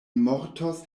mortos